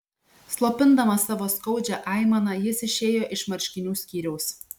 slopindamas savo skaudžią aimaną jis išėjo iš marškinių skyriaus